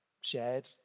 shared